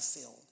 filled